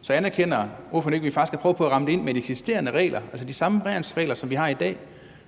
Så anerkender ordføreren ikke, at vi faktisk har prøvet på at ramme det ind med de eksisterende regler, altså de samme værnsregler, som vi har i dag?